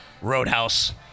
Roadhouse